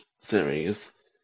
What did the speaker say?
series